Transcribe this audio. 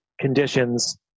conditions